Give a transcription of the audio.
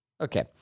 Okay